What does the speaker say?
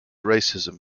racism